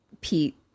Pete